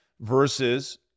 versus